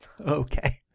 Okay